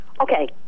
Okay